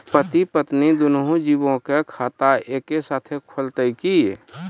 पति पत्नी दुनहु जीबो के खाता एक्के साथै खुलते की?